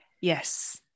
Yes